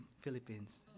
Philippines